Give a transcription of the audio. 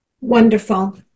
Wonderful